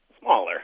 smaller